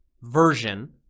version